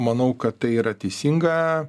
manau kad tai yra teisinga